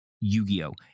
Yu-Gi-Oh